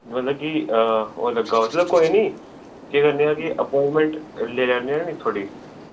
मतलब कि ओल्लै गांव च चलो कोई नी केह् करने आं कि अपाइंटमेंट लेई लैन्ने आं नी थुआढ़ी